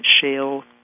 shale